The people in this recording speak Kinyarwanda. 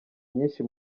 nyinshi